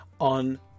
on